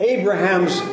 Abraham's